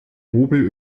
hobel